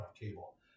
cable